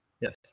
Yes